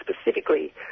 specifically